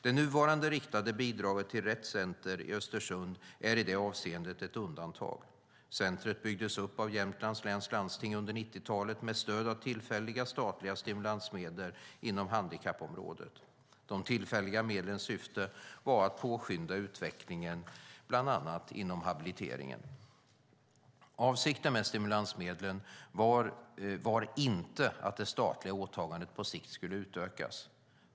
Det nuvarande riktade bidraget till Rett Center i Östersund är i det avseendet ett undantag. Centret byggdes upp av Jämtlands läns landsting under 90-talet med stöd av tillfälliga statliga stimulansmedel inom handikappområdet. De tillfälliga medlens syfte var att påskynda utvecklingen bland annat inom habiliteringen. Avsikten med stimulansmedlen var inte att det statliga åtagandet på sikt skulle utökas.